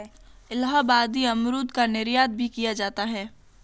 इलाहाबादी अमरूद का निर्यात भी किया जाता है